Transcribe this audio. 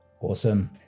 Awesome